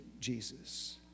Jesus